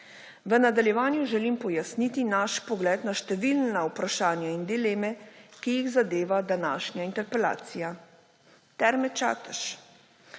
V nadaljevanju želim pojasniti naš pogled na številna vprašanja in dileme, ki jih zadeva današnja interpelacija. Terme Čatež.